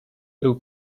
był